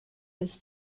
his